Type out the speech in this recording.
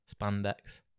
spandex